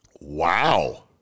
Wow